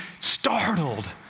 startled